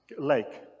lake